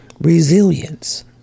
Resilience